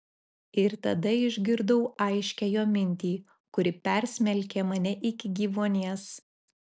ir tada išgirdau aiškią jo mintį kuri persmelkė mane iki gyvuonies